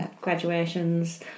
graduations